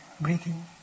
breathing